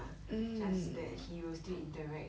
just that he will still interact